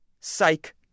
Psych